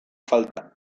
falta